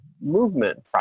movement